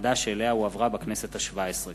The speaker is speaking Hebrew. לוועדה שאליה הועברה בכנסת השבע-עשרה.